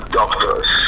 doctors